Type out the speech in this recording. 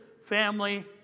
family